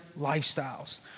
lifestyles